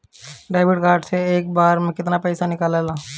Debit card से एक बार मे केतना पैसा निकले ला?